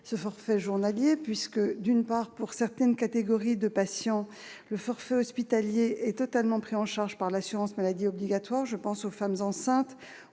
ce forfait journalier. D'une part, pour certaines catégories de patients, le forfait hospitalier est totalement pris en charge par l'assurance maladie obligatoire. Je pense aux femmes enceintes,